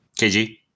KG